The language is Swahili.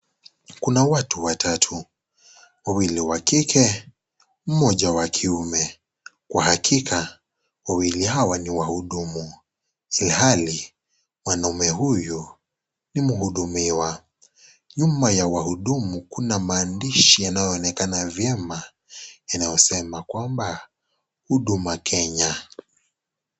Kuna watu watatu, wawili wa kike mmoja wa kiume. Kwa hakika, wawili hawa ni wahudumu ilhali mwanaume huyu ni mhudumiwa. Nyuma ya wahudumu kuna maandishi yanayoonekana vyema yanayosema kwamba "Huduma Kenya".